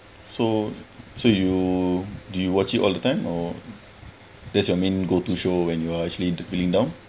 so so you do you watch it all the time or that's your main go to show when you are actually feeling down